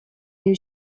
new